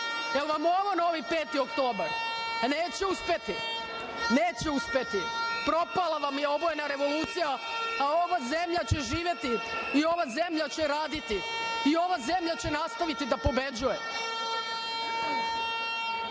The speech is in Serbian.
li je ovo novi 5. oktobar? E neće uspeti! Propala vam je obojena revolucija, a ova zemlja će živeti i ova zemlja će raditi! Ova zemlja će nastaviti da pobeđuje. Ja